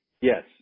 Yes